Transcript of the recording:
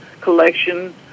collection